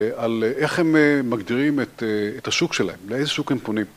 על איך הם מגדירים את השוק שלהם, לאיזה שוק הם פונים.